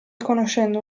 conoscendo